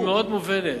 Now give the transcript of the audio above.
היא מאוד מובנת.